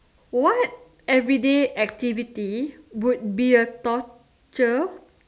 what everyday activity would be a torture